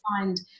find